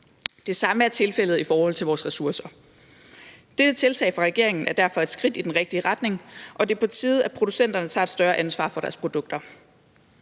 Det samme er tilfældet i forhold til vores ressourcer. Dette tiltag fra regeringen er derfor et skridt i den rigtige retning, og det er på tide, at producenterne tager et større ansvar for deres produkter.